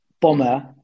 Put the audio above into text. Bomber